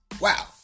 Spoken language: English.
Wow